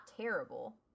terrible